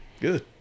Good